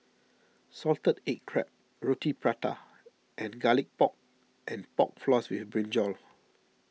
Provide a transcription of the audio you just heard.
Salted Egg Crab Roti Prata and Garlic Pork and Pork Floss with Brinjal